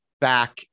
back